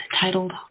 titled